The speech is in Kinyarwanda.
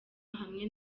hamwe